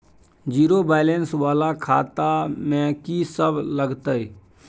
Zero balance वाला खाता में की सब लगतै?